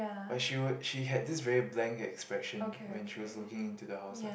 but she were she had this very blank expression when she was looking in the house ah